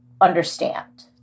understand